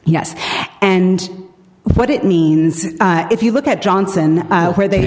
yes and what it means is if you look at johnson where they